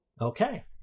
Okay